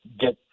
get